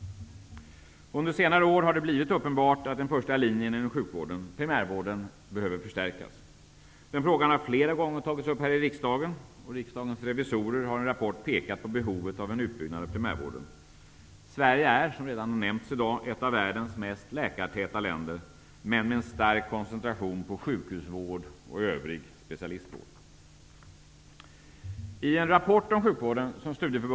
Under senare år har det blivit uppenbart att den första linjen inom sjukvården, primärvården, behöver förstärkas. Den frågan har flera gånger tagits upp här i riksdagen, och Riksdagens revisorer har i en rapport pekat på behovet av en utbyggnad av primärvården. Sverige är, som redan har nämnts, i dag ett av världens mest läkartäta länder, men med en stark koncentration på sjukhusvård och övrig specialistvård.